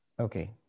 Okay